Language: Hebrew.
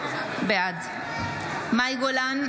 בעד מאי גולן,